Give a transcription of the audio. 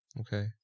okay